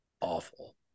awful